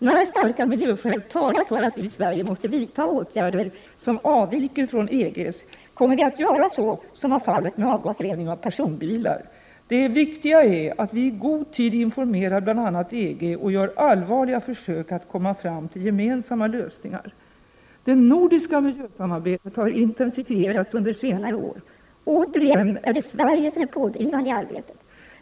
När starka miljöskäl talar för att vi i Sverige måste vidta åtgärder som avviker från EG:s kommer vi att göra så, som var fallet med avgasrening av personbilar. Det viktiga är att vi i god tid informerar bl.a. EG och gör allvarliga försök att komma fram till gemensamma lösningar. Det nordiska miljösamarbetet har intensifierats under senare år. Återigen är det Sverige som är pådrivande i arbetet.